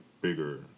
bigger